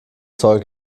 zeug